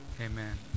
Amen